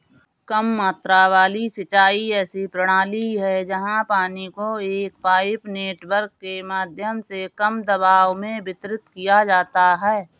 कम मात्रा वाली सिंचाई ऐसी प्रणाली है जहाँ पानी को एक पाइप नेटवर्क के माध्यम से कम दबाव में वितरित किया जाता है